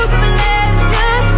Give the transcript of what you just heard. pleasure